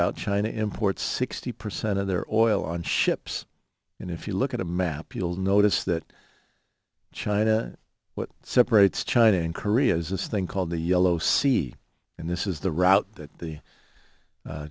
out china imports sixty percent of their oil on ships and if you look at a map you'll notice that china what separates china and korea is this thing called the yellow sea and this is the route that the